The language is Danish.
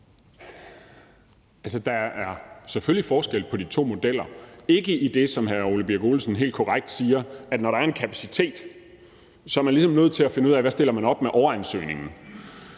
forskel på de to modeller – ikke i det, som hr. Ole Birk Olesen helt korrekt siger, nemlig at når der er en kapacitet, er man ligesom nødt til at finde ud af, hvad man stiller op med overansøgningen.